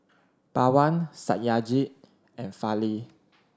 Pawan Satyajit and Fali